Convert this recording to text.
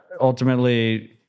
ultimately